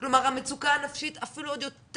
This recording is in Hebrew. כלומר המצוקה הנפשית אפילו עוד יותר